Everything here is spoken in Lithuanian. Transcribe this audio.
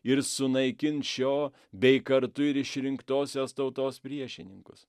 ir sunaikins šio bei kartu ir išrinktosios tautos priešininkus